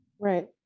Right